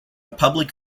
public